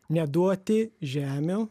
neduoti žemių